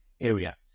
area